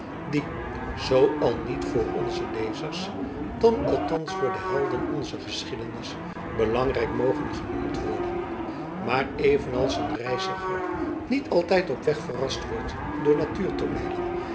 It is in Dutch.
die zoo al niet voor onze lezers dan althans voor de helden onzer geschiedenis belangrijk mogen genoemd worden maar evenals een reiziger niet altijd op weg verrast wordt door